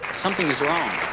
something is wrong.